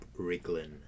Riglin